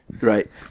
Right